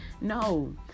no